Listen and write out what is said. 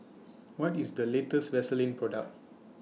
What IS The latest Vaselin Product